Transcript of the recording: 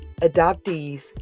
Adoptees